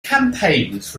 campaigns